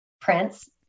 Prince